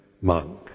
monk